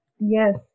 Yes